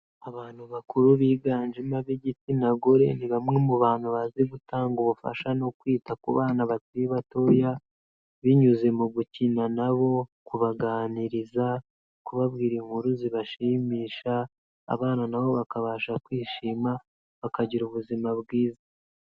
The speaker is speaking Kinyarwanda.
Abantu bakuru biganjemo ab'igitsina gore ni bamwe mu bantu bazi gutanga ubufasha no kwita ku bana bakiri batoya, binyuze mu gukina nabo, kubaganiriza, kubabwira inkuru zibashimisha abana nabo bakabasha kwishima bakagira ubuzima bwiza.